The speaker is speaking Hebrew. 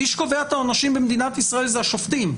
מי שקובע את העונשים במדינת ישראל זה השופטים,